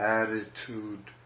attitude